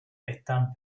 están